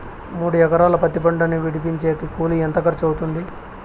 మూడు ఎకరాలు పత్తి పంటను విడిపించేకి కూలి ఎంత ఖర్చు అవుతుంది?